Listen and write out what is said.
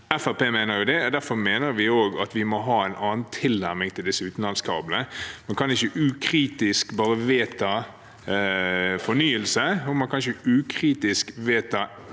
mener det. Derfor mener vi også at vi må ha en annen tilnærming til disse utenlandskablene. Man kan ikke ukritisk bare vedta fornyelse, og man kan ikke ukritisk vedta